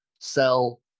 sell